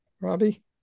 Robbie